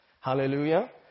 Hallelujah